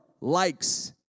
likes